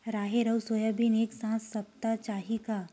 राहेर अउ सोयाबीन एक साथ सप्ता चाही का?